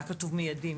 היה כתוב מיידי.